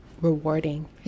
rewarding